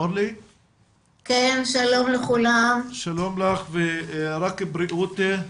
שלום לך ובריאות.